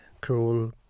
cruel